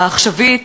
העכשווית,